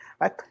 Right